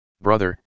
Brother